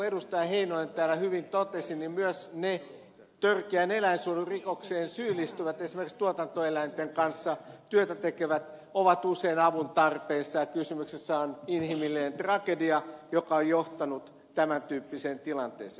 heinonen täällä hyvin totesi myös ne törkeään eläinsuojelurikokseen syyllistyvät esimerkiksi tuotantoeläinten kanssa työtä tekevät ovat usein avun tarpeessa ja kysymyksessä on inhimillinen tragedia joka on johtanut tämän tyyppiseen tilanteeseen